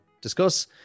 discuss